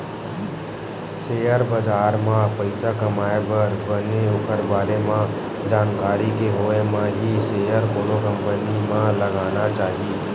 share बजार म पइसा कमाए बर बने ओखर बारे म जानकारी के होय म ही सेयर कोनो कंपनी म लगाना चाही